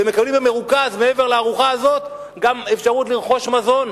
והם מקבלים במרוכז מעבר לארוחה הזאת גם אפשרות לרכוש מזון,